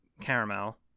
caramel